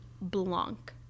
blanc